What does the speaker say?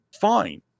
Fine